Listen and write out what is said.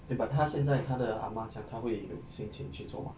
eh but 她现在她的阿嫲这样她会有心情去做吗